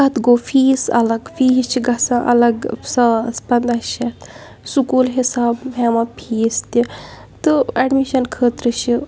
پَتہٕ گوٚو فیٖس الگ فیٖس چھِ گژھان الگ ساس پنٛداہ شیٚتھ سکوٗل حِساب ہیٚوان فیٖس تہِ تہٕ ایڈمِشَن خٲطرٕ چھِ